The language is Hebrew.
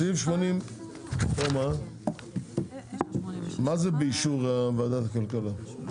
סעיף 86. מה זה באישור ועדת הכלכלה?